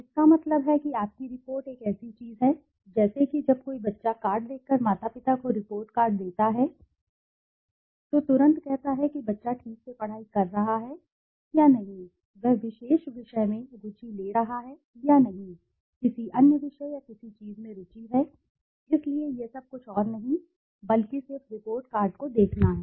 इसका मतलब है कि आपकी रिपोर्ट एक ऐसी चीज है जैसे कि जब बच्चा रिपोर्ट कार्ड देखकर माता पिता को रिपोर्ट कार्ड देता है तो तुरंत कहता है कि बच्चा ठीक से पढ़ाई कर रहा है या नहीं वह विशेष विषय में रुचि ले रहा है या नहीं किसी अन्य विषय या किसी चीज़ में रुचि है इसलिए यह सब कुछ और नहीं बल्कि सिर्फ रिपोर्ट कार्ड को देखना है